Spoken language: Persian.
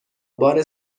بار